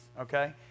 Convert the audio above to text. Okay